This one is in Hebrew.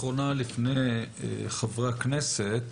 אחרונה לפני חברי הכנסת,